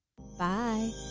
Bye